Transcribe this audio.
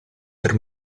per